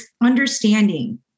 understanding